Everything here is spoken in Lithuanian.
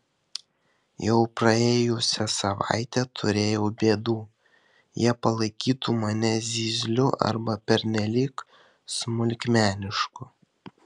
jau praėjusią savaitę turėjau bėdų jie palaikytų mane zyzliu arba pernelyg smulkmenišku